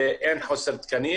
ואין חוסר תקנים.